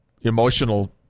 emotional